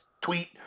tweet